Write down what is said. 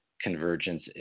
convergence